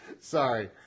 sorry